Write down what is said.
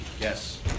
Yes